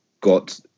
got